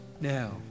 now